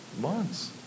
months